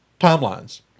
timelines